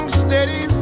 steady